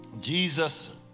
Jesus